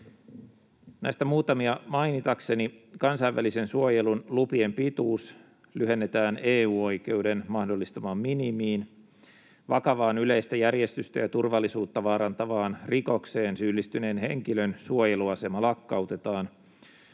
Näistä muutamia mainitakseni kansainvälisen suojelun lupien pituus lyhennetään EU-oikeuden mahdollistamaan minimiin, vakavaan yleistä järjestystä ja turvallisuutta vaarantavaan rikokseen syyllistyneen henkilön suojeluasema lakkautetaan,